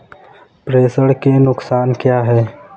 प्रेषण के नुकसान क्या हैं?